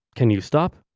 can you stop?